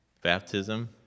Baptism